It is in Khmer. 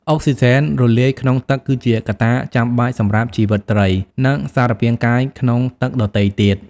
អុកស៊ីហ្សែនរលាយក្នុងទឹកគឺជាកត្តាចាំបាច់សម្រាប់ជីវិតត្រី និងសារពាង្គកាយក្នុងទឹកដទៃទៀត។